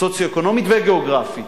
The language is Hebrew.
סוציו-אקונומית וגיאוגרפית,